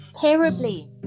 Terribly